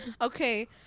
Okay